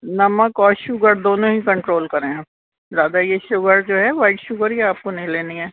نمک اور شوگر دونوں ہی کنٹرول کریں آ زیادہ یہ شوگر جو ہے وائٹ شوگر یہ آپ کو نہیں لینی ہے